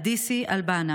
אדיסי אלבנה,